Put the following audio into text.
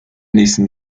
nächsten